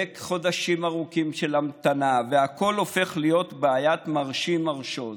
חודשים ארוכים של המתנה והכול הופך להיות בעיית מרשי-מרשו,